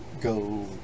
go